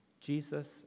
Jesus